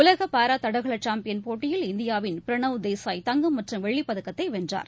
உலக பாரா தடகள சாம்பியன் போட்டியில் இந்தியாவின் பிரணாவ் தேசாய் தங்கம் மற்றம் வெள்ளிப்பதக்கத்தை வென்றார்